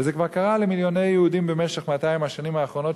וזה כבר קרה למיליוני יהודים במשך 200 השנים האחרונות,